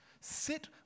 sit